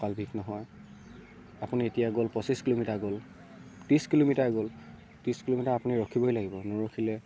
কঁকাল বিষ নহয় আপুনি এতিয়া গ'ল পঁচিছ কিলোমিটাৰ গ'ল ত্ৰিশ কিলোমিটাৰ গ'ল ত্ৰিশ কিলোমিটাৰ আপুনি ৰখিবই লাগিব নৰখিলে